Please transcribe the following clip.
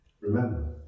Remember